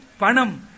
Panam